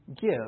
give